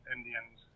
Indians